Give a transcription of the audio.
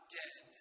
dead